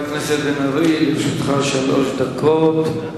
חבר הכנסת בן-ארי, לרשותך שלוש דקות.